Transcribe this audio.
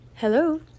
hello